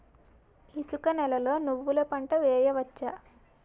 ఇసుక నేలలో నువ్వుల పంట వేయవచ్చా?